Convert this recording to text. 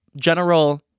general